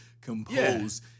compose